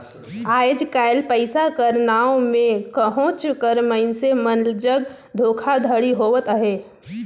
आएज काएल पइसा कर नांव में कहोंच कर मइनसे मन जग धोखाघड़ी होवत अहे